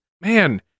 Man